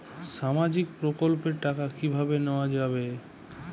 সামাজিক প্রকল্পের টাকা কিভাবে নেওয়া যাবে?